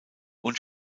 und